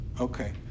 Okay